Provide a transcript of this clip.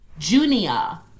Junia